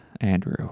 Andrew